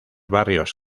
barrios